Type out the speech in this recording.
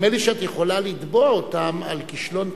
נדמה לי שאת יכולה לתבוע אותם על כישלון תמורה,